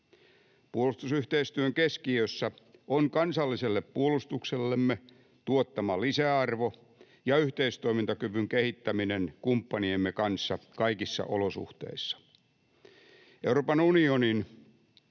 Puolustusyhteistyön keskiössä on sen kansalliselle puolustuksellemme tuottama lisäarvo ja yhteistoimintakyvyn kehittäminen kumppaniemme kanssa kaikissa olosuhteissa. Euroopan unionin